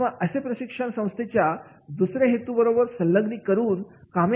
किंवा असे प्रशिक्षण संस्थेच्या दुसऱ्या हेतू बरोबर संलग्नित करून कामे आणले जाऊ शकते का